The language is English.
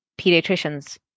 pediatricians